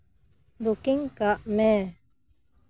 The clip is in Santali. ᱵᱩᱠᱤᱝ ᱠᱟᱜ ᱢᱮ